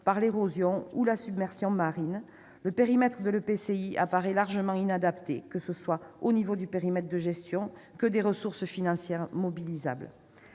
par l'érosion ou la submersion marine, le périmètre de l'EPCI apparaît largement inadapté, qu'il s'agisse du niveau du périmètre de gestion ou des ressources financières mobilisables.